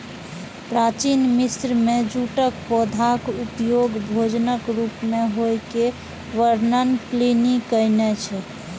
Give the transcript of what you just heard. प्राचीन मिस्र मे जूटक पौधाक उपयोग भोजनक रूप मे होइ के वर्णन प्लिनी कयने छै